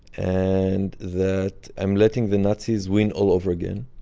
and that i'm letting the nazis win all over again.